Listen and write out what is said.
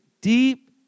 deep